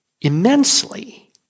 immensely